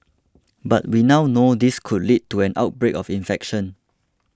but we now know this could lead to an outbreak of infection